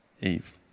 Eve